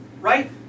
right